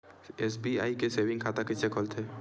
SBI के saving खाता कइसे खोलथे?